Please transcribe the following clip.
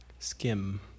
skim